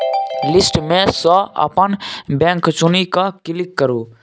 list मे सँ अपन बैंक चुनि कए क्लिक करु